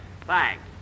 Thanks